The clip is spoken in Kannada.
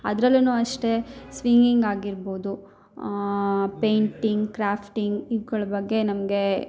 ಅದರಲ್ಲೂನು ಅಷ್ಟೇ ಸ್ವಿಗಿಂಗ್ ಆಗಿರ್ಬೋದು ಪೇಂಟಿಂಗ್ ಕ್ರಾಫ್ಟಿಂಗ್ ಇವುಗಳ ಬಗ್ಗೆ ನಮಗೆ